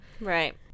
Right